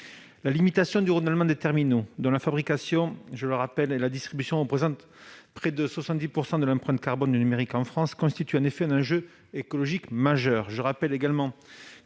La limitation du renouvellement des terminaux, dont la fabrication et la distribution représentent, je le rappelle, près de 70 % de l'empreinte carbone du numérique en France, constitue un jeu écologique majeur.